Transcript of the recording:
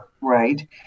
right